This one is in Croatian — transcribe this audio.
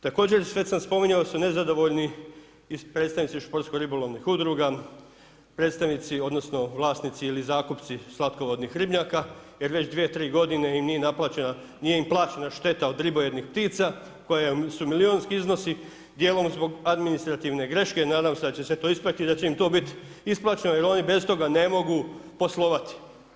Također, već sam spominjao da su nezadovoljni i predstavnici iz športsko-ribolovnih udruga, predstavnici odnosno vlasnici ili zakupci slatkovodnih ribnjaka jer već 2, 3 g. nije im plaćena šteta od ribojednih ptica koji su milijunski iznosi, dijelom zbog administrativne greške, nadam se da će se to ispraviti i da će im to biti isplaćeno jer oni bez toga ne mogu poslovati.